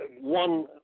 one